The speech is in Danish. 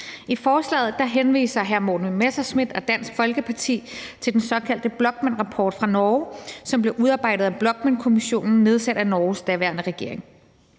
I forslaget henviser hr. Morten Messerschmidt og Dansk Folkeparti til den såkaldte Brochmannrapport fra Norge, som blev udarbejdet af Brochmannkommissionen nedsat af Norges daværende regering.